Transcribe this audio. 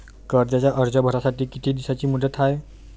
कर्जाचा अर्ज भरासाठी किती दिसाची मुदत हाय?